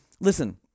listen